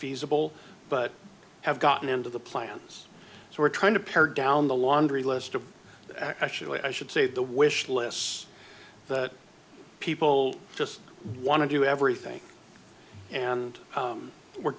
feasible but have gotten into the plans so we're trying to pare down the laundry list of actually i should say the wish lists that people just want to do everything and we're